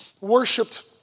worshipped